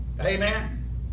Amen